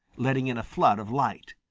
letting in a flood of light.